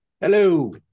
Hello